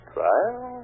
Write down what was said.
Trial